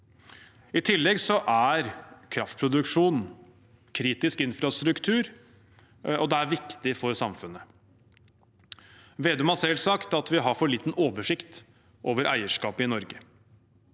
I tillegg er kraftproduksjon kritisk infrastruktur. Det er viktig for samfunnet. Vedum har selv sagt at vi har for liten oversikt over eierskap i Norge.